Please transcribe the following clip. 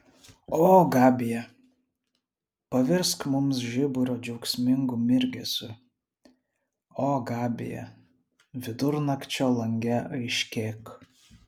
o gabija pavirsk mums žiburio džiaugsmingu mirgesiu o gabija vidurnakčio lange aiškėk